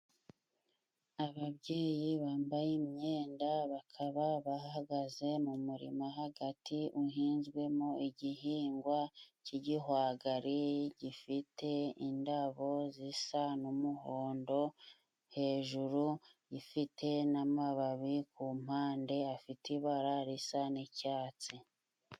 Ababyeyi bambaye imyenda bakaba bahagaze mu murima hagati, uhinzwemo igihingwa cy'igihwagari gifite indabo zisa n'umuhondo hejuru. Gifite n'amababi ku mpande afite ibara risa n'icyatsi.